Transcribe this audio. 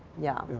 yeah.